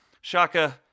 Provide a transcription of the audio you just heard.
shaka